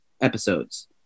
episodes